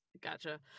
gotcha